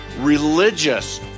religious